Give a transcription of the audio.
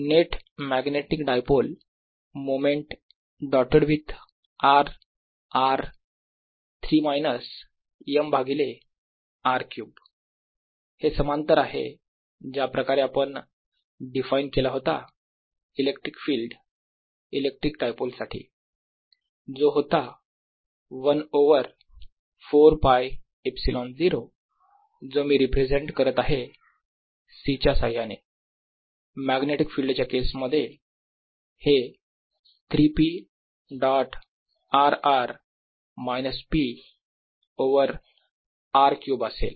net magnetic dipole moment dotted with r r 3 minus m भागिले r cube हे समांतर आहे ज्या प्रकारे आपण डिफाइन केला होता इलेक्ट्रिक फील्ड इलेक्ट्रिक डायपोल साठी जो होता 1ओवर 4π ε0 जो मी रिप्रेझेंट करत आहे c च्या साह्याने मॅग्नेटिक फिल्ड च्या केस मध्ये हे 3 p dot r r minus p over r cube असेल